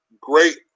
great